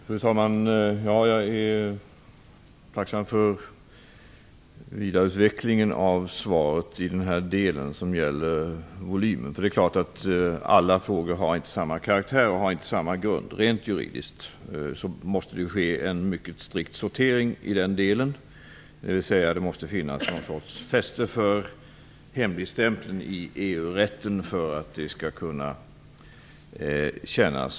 Fru talman! Jag är tacksam för vidareutvecklingen av svaret i den del som gäller volymen. Det är klart att alla frågor inte är av samma karaktär eller har samma grund. Rent juridiskt måste det ske en mycket strikt sortering. Det måste finnas någon sorts fäste för hemligstämpeln i EU-rätten för att det skall kännas riktigt.